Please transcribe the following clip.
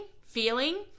feeling